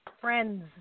Friends